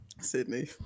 Sydney